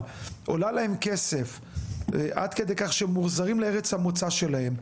עולה להם כסף עד כדי כך שמוחזרים לארץ המוצא שלהם.